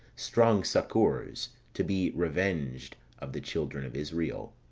strong succours, to be revenged of the children of israel.